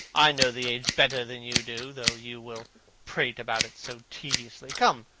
i know the age better than you do, though you will prate about it so tediously. come,